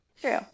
True